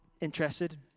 interested